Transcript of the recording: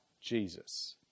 Jesus